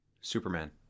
Superman